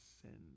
sin